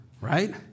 right